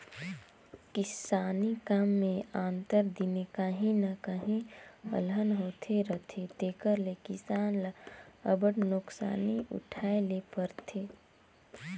किसानी काम में आंतर दिने काहीं न काहीं अलहन होते रहथे तेकर ले किसान ल अब्बड़ नोसकानी उठाए ले परथे